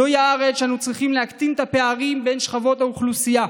/ זוהי הארץ שבה אנו צריכים להקטין את הפערים בין שכבות האוכלוסייה.